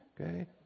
okay